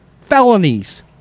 felonies